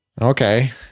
Okay